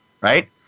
right